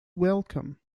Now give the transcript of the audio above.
welcome